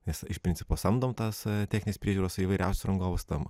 mes iš principo samdom tas techninės priežiūros įvairiausius rangovus tam